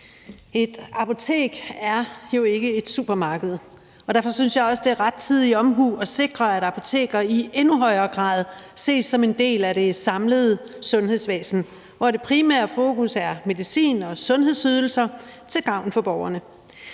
Et apotek er jo ikke et supermarked, og derfor synes jeg også, at det er rettidig omhu at sikre, at apoteker i endnu højere grad ses som en del af det samlede sundhedsvæsen, hvor det primære fokus er medicin og sundhedsydelser til gavn for borgerne.